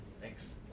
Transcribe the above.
Thanks